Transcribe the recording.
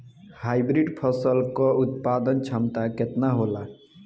Hybrid फसल क उत्पादन क्षमता केतना होला?